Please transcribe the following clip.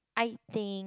I think